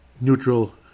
neutral